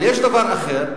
אבל יש דבר אחר,